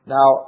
Now